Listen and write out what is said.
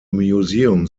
museum